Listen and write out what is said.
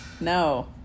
No